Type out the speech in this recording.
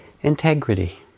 Integrity